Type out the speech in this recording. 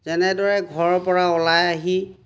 তেনেদৰে ঘৰৰ পৰা ওলাই আহি